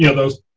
you know those